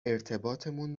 ارتباطمون